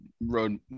Road